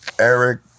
Eric